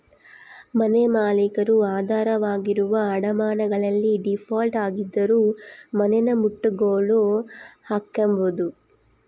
ಮನೆಮಾಲೀಕರು ಆಧಾರವಾಗಿರುವ ಅಡಮಾನಗಳಲ್ಲಿ ಡೀಫಾಲ್ಟ್ ಆಗಿದ್ದರೂ ಮನೆನಮುಟ್ಟುಗೋಲು ಹಾಕ್ಕೆಂಬೋದು